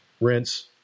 rinse